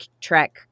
Trek